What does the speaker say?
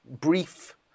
brief